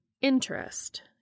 interest